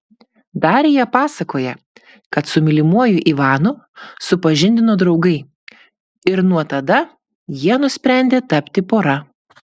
darija pasakoja kad su mylimuoju ivanu supažindino draugai ir nuo tada jie nusprendė tapti pora